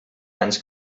anys